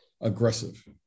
aggressive